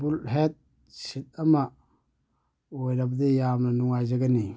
bull ꯍꯦꯗ ꯁꯤꯠ ꯑꯃ ꯑꯣꯏꯔꯕꯗꯤ ꯌꯥꯝꯅ ꯅꯨꯡꯉꯥꯏꯖꯒꯅꯤ